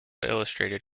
illustrated